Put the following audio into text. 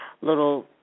little